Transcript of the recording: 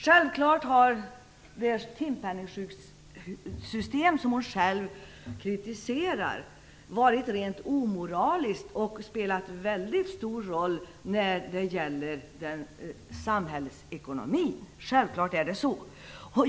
Självklart har det timpenningsjukförsäkringssystem som hon själv kritiserar varit rent omoraliskt och spelat en väldigt stor roll när det gäller samhällsekonomin. Självklart är det så.